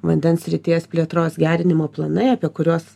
vandens srities plėtros gerinimo planai apie kuriuos